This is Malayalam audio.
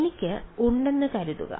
എനിക്ക് ഉണ്ടെന്ന് കരുതുക